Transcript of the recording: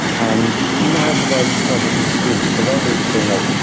and narrativize the transitions between them. so rather than just being like,